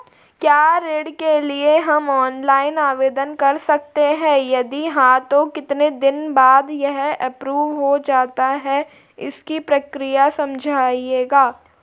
क्या ऋण के लिए हम ऑनलाइन आवेदन कर सकते हैं यदि हाँ तो कितने दिन बाद यह एप्रूव हो जाता है इसकी प्रक्रिया समझाइएगा?